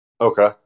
Okay